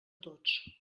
tots